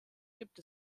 gibt